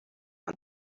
and